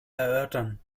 erörtern